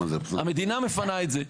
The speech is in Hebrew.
המדינה מפנה את זה.